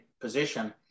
position